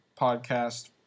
podcast